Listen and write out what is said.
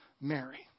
Mary